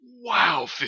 Wow